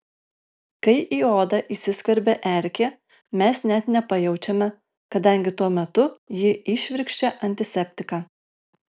kai į odą įsiskverbia erkė mes net nepajaučiame kadangi tuo metu ji įšvirkščia antiseptiką